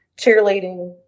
cheerleading